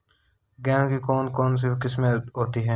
गेहूँ की कौन कौनसी किस्में होती है?